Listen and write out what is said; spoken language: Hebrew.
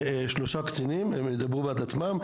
יש שלושה קצינים, הם ידברו בעצמם.